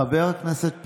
חבר הכנסת פינדרוס?